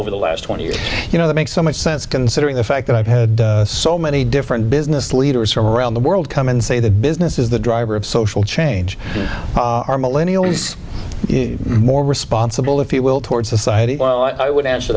the last twenty years you know that makes so much sense considering the fact that i've had so many different business leaders from around the world come and say the business is the driver of social change our millennial ways more responsible if you will toward society while i would answer